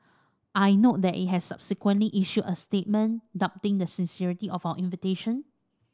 I note that it has subsequently issued a statement doubting the sincerity of our invitation